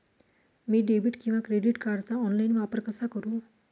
मी debit किंवा credit कार्डचा online वापर कसा करु?